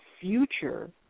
future